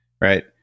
right